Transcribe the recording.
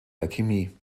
alchemie